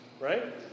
Right